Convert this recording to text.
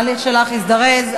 ההליך שלך יזורז,